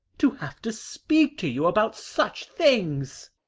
to have to speak to you about such things!